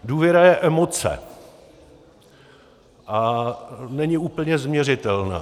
Důvěra je emoce a není úplně změřitelná.